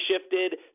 shifted